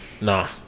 Nah